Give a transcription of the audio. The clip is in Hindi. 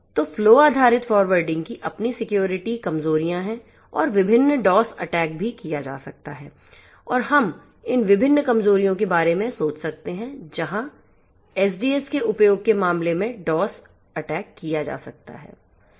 तो फ्लो आधारित फॉरवर्डिंग की अपनी सिक्योरिटी कमजोरियां हैं और विभिन्न DoS अटैक भी किया जा सकता है और हम इन विभिन्न कमजोरियों के बारे में सोच सकते हैं जहां SDN के उपयोग के मामले में DoS अटैक किया जा सकता है